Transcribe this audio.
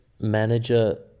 manager